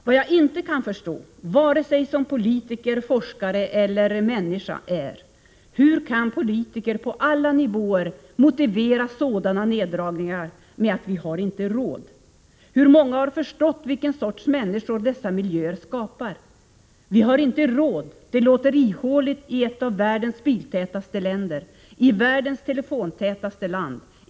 Vad jag inte kan förstå — vare sig som politiker, forskare eller människa — är: Hur kan politiker på alla nivåer motivera sådana neddragningar med att ”vi har inte råd? Hur många har förstått vilken sorts människor dessa miljöer skapar? ”Vi har inte råd.” — Det låter ihåligt i ett av världens biltätaste länder. I världens telefontätaste land.